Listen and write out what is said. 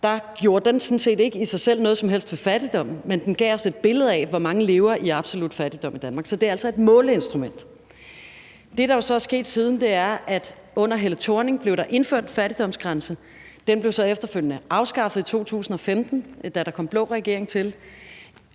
gjorde den sådan set ikke i sig selv noget som helst ved fattigdommen, men den gav os et billede af, hvor mange der lever i absolut fattigdom i Danmark. Så det er altså et måleinstrument. Det, der jo så er sket siden, er, at under Helle Thorning-Schmidt blev der indført en fattigdomsgrænse. Den blev så efterfølgende afskaffet i 2015, da der kom en blå regering til.